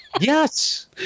Yes